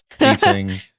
Eating